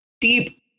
deep